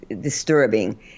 disturbing